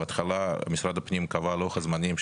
בהתחלה משרד הפנים קבע לוח זמנים,